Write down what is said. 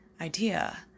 idea